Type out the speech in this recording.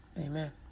Amen